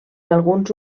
alguns